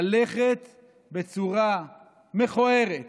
וללכת בצורה מכוערת